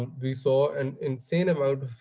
we saw an insane amount